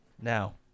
Now